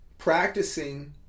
practicing